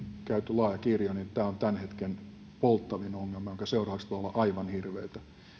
käyty läpi laaja kirjo tämä on tämän hetken polttavin ongelma jonka seuraukset voivat olla aivan hirveitä